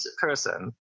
person